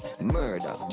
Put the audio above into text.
Murder